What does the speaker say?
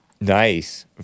Nice